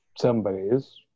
somebody's